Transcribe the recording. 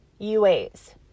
UAs